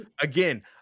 again